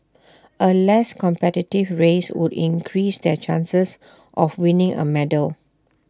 A less competitive race would increase their chances of winning A medal